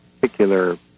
particular